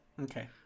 Okay